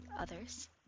others